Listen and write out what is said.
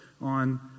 on